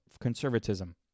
conservatism